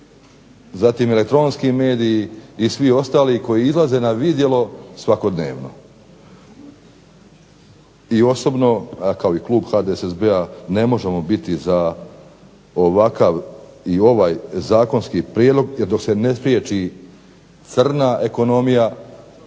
zatim elektronski mediji i svi ostali koji izlaze na vidjelo svakodnevno. I osobno i kao Klub HDSSB-a ne možemo biti za ovakav i ovaj Zakonski prijedlog jer dok se ne spriječi crna ekonomija